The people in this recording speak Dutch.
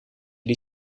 die